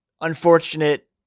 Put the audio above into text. unfortunate